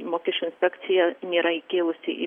mokesčių inspekcija nėra įkėlusi į